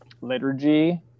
liturgy